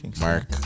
mark